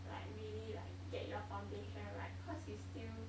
like really like get your foundation right cause you still